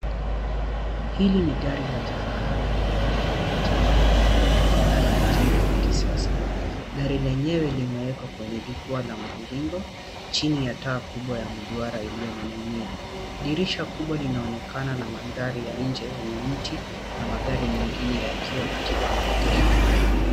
Hili ni gari la kifahari lenye rangi ya manjano na ambalo liko ndani ya jengo la kisasa. Gari lenyewe limewekwa kwenye jukwaa la mviringo chini ya taa kubwa ya mduara iliyoning'inia. Dirisha kubwa linaonekana na mandhari ya nje yenye miti na magari mengine yakiwa katika maegesho hayo.